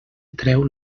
treu